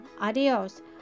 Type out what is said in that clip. adios